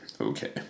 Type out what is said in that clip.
okay